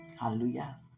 Hallelujah